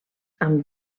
amb